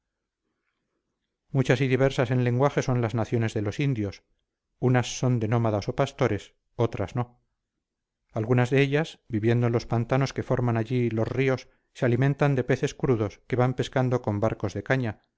muchas y diversas en lenguaje son las naciones de los indios unas son de nómadas o pastores otras no algunas de ellas viviendo en los pantanos que forman allí los tíos se alimentan de peces crudos que van pescando con barcos de caña